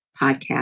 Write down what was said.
podcast